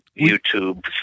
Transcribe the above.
YouTube